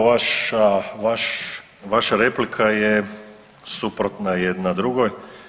Evo vaša replika je suprotna jedna drugoj.